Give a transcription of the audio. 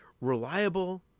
reliable